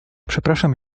przepraszam